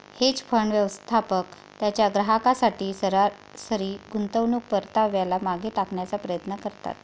hedge fund, व्यवस्थापक त्यांच्या ग्राहकांसाठी सरासरी गुंतवणूक परताव्याला मागे टाकण्याचा प्रयत्न करतात